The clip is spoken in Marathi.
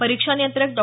परिक्षा नियंत्रक डॉ